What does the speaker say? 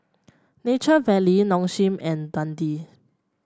Nature Valley Nong Shim and Dundee